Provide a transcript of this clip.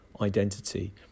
identity